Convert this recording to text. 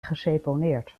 geseponeerd